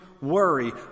worry